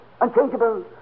unchangeable